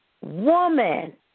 woman